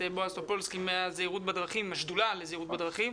בועז טופורובסקי ועם השדולה לזהירות בדרכים,